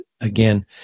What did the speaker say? Again